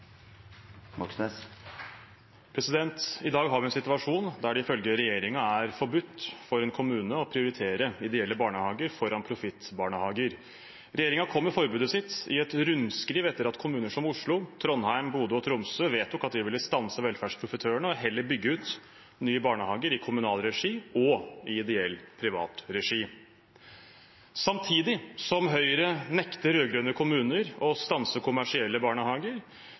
forbudt for en kommune å prioritere ideelle barnehager foran profittbarnehager. Regjeringen kom med forbudet sitt i et rundskriv etter at kommuner som Oslo, Trondheim, Bodø og Tromsø vedtok at de ville stanse velferdsprofitørene og heller bygge ut nye barnehager i kommunal regi og ideell, privat regi. Samtidig som Høyre nekter rød-grønne kommuner å stanse kommersielle barnehager,